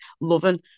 loving